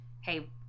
Hey